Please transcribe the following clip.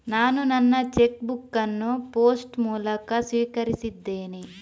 ನಾನು ನನ್ನ cheque book ಅನ್ನು ಪೋಸ್ಟ್ ಮೂಲಕ ಸ್ವೀಕರಿಸಿದ್ದೇನೆ